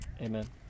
amen